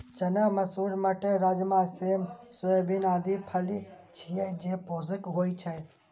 चना, मसूर, मटर, राजमा, सेम, सोयाबीन आदि फली छियै, जे पोषक होइ छै